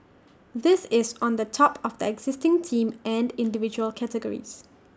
this is on the top of the existing team and individual categories